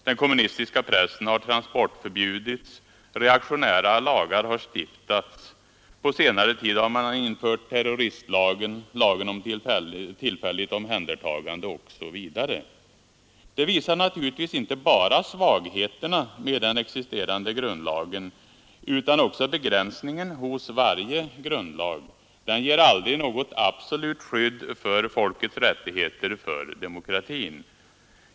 Den kommunistiska pressen har transportförbjudits, reaktionära lagar har stiftats. På senare tid har man infört terroristlagen, lagen om tillfälligt omhändertagande osv. Det visar naturligtvis inte bara svagheterna med den existerande grundlagen utan också begränsningen hos varje grundlag: den ger aldrig något absolut skydd för folkets rättigheter, för demokratin.